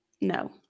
No